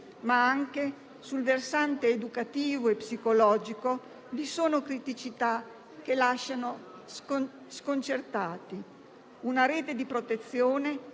ma anche sul versante educativo e psicologico vi sono criticità che lasciano sconcertati. Occorre una rete di protezione